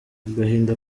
agahinda